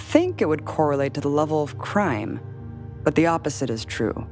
think it would correlate to the level of crime but the opposite is true